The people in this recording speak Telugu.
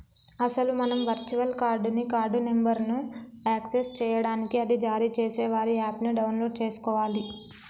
అసలు మనం వర్చువల్ కార్డ్ ని కార్డు నెంబర్ను యాక్సెస్ చేయడానికి అది జారీ చేసే వారి యాప్ ను డౌన్లోడ్ చేసుకోవాలి